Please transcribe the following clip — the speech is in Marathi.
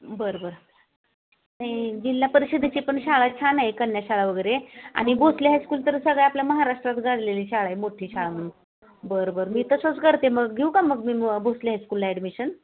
बरं बरं नाही जिल्हा परिषिदेची पण शाळा छान आहे कन्या शाळा वगैरे आणि भोसले हायस्कूल तर सगळ्या आपल्या महाराष्ट्रात गाजलेली शाळा आहे मोठी शाळा म्हणून बरं बरं मी तसंच करते मग घेऊ का मग मी भोसले हास्कूलला ॲडमिशन